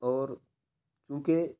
اور کیونکہ